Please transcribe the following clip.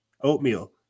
oatmeal